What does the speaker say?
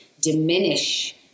diminish